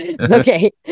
Okay